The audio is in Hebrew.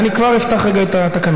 רגע, אני כבר אפתח את התקנון.